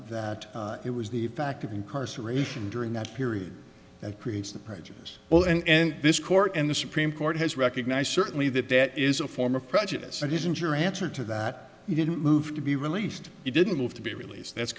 that it was the fact of incarceration during that period and creates a prejudice well and this court and the supreme court has recognized certainly that that is a form of prejudice and his injury answer to that you didn't move to be released you didn't move to be released that's